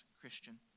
Christian